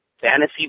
fantasy